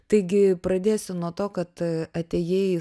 taigi pradėsiu nuo to kad atėjai į